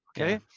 Okay